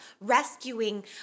rescuing